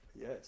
Yes